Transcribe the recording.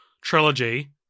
Trilogy